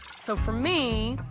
so for me,